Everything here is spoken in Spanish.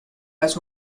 las